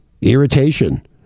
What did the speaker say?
irritation